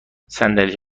صندلی